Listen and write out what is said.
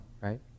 right